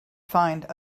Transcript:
find